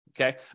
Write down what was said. Okay